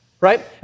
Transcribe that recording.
right